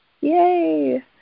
Yay